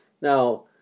Now